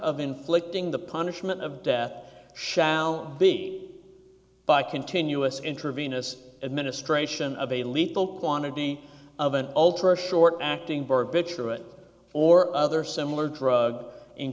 of inflicting the punishment of death shall be by continuous intravenous administration of a lethal quantity of an ultra short acting barbiturate or other similar drug in